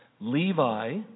Levi